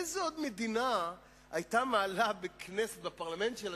איזה עוד מדינה היתה מעלה בפרלמנט שלה